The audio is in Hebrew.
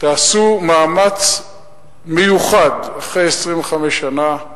תעשו מאמץ מיוחד אחרי 25 שנה,